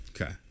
Okay